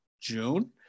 June